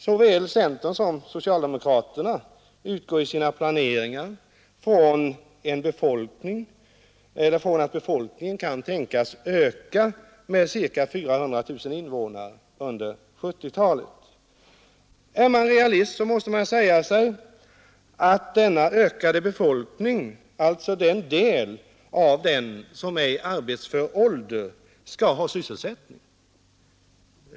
Såväl centern som socialdemokraterna utgår i sina planeringar ifrån att befolkningen under 1970-talet kan tänkas öka med ca 400 000 invånare. Är man realist måste man säga sig att den del av befolkningen som är i arbetsför ålder skall ha sysselsättning.